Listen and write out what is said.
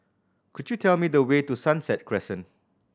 could you tell me the way to Sunset Crescent